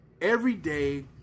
everyday